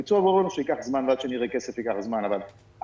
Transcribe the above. ברור לנו שהביצוע ייקח זמן ועד שנראה כסף ייקח זמן אבל ההחלטה,